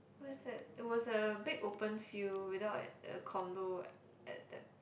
where is that it was a big open field without a~ a condo at that